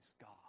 God